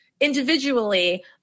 individually